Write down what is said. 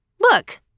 Look